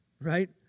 right